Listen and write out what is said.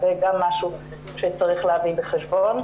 אז זה גם משהו שצריך להביא בחשבון.